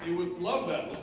would love that